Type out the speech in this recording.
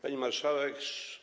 Pani Marszałek!